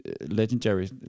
legendary